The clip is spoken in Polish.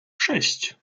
sześć